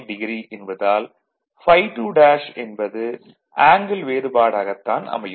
9o என்பதால் ∅2' என்பது angle வேறுபாடாகத் தான் அமையும்